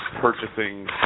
purchasing